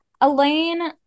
Elaine